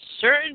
certain